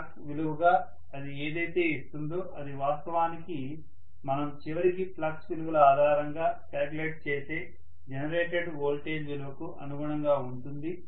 flux విలువగా అది ఏదైతే ఇస్తుందో అది వాస్తవానికి మనం చివరికి ఫ్లక్స్ విలువల ఆధారంగా క్యాలిక్యులేట్ చేసే జనరేటెడ్ వోల్టేజ్ విలువకు అనుగుణంగా ఉంటుంది